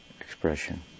expression